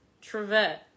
trivet